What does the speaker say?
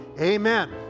Amen